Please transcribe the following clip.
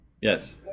Yes